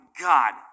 God